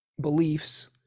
beliefs